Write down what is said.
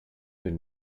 been